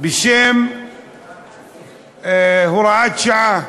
בשם הוראת שעה,